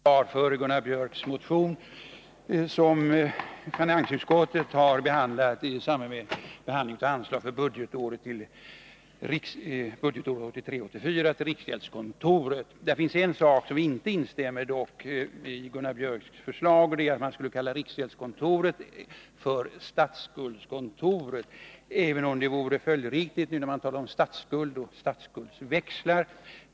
Herr talman! Jag skall säga några ord till försvar för Gunnar Biörcks i Värmdö motion, som finansutskottet har behandlat i samband med behandlingen av anslag för budgetåret 1983/84 till riksgäldskontoret. Där finns en sak som vi inte instämmer i när det gäller Gunnar Biörcks förslag, och det är att man skulle kalla riksgäldskontoret för statsskuldskontoret — även om det vore följdriktigt eftersom man talar om statsskuld och statsskuldsväxlar.